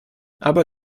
aber